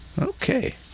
Okay